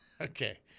Okay